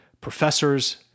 professors